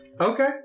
Okay